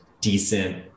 decent